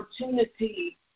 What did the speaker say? opportunity